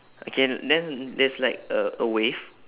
okay then there's like a a wave